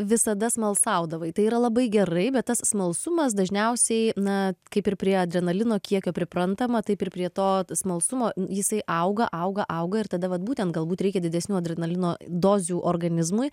visada smalsaudavai tai yra labai gerai bet tas smalsumas dažniausiai na kaip ir prie adrenalino kiekio priprantama taip ir prie to smalsumo jisai auga auga auga ir tada vat būtent galbūt reikia didesnių adrenalino dozių organizmui